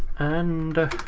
and.